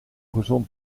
gezond